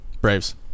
Braves